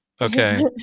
Okay